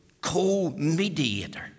co-mediator